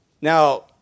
Now